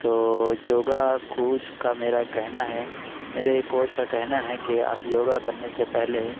تو یوگا کوچ کا میرا کہنا ہے میرے کوچ کا کہنا ہے کہ آپ یوگا کرنے سے پہلے